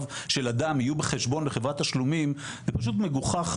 של אדם יהיו בחשבון לחברת תשלומים זה פשוט מגוחך,